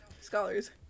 scholars